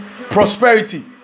prosperity